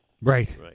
Right